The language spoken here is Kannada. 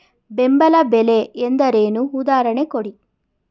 ಬೆಂಬಲ ಬೆಲೆ ಎಂದರೇನು, ಉದಾಹರಣೆ ಕೊಡಿ?